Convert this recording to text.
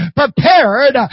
prepared